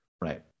Right